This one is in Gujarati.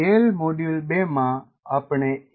ટેલ મોડ્યુલ 2 માં આપણે એ